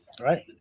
Right